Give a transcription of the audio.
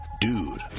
Dude